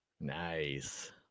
Nice